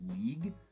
league